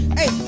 Hey